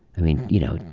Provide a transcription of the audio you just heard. i mean, you know,